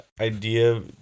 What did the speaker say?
idea